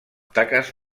taques